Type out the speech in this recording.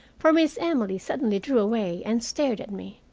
for miss emily suddenly drew away and stared at me.